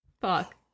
Fuck